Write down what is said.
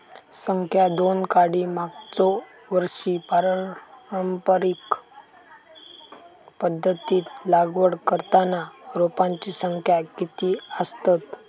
संख्या दोन काडी मागचो वर्षी पारंपरिक पध्दतीत लागवड करताना रोपांची संख्या किती आसतत?